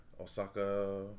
Osaka